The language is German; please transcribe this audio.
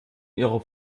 ihrer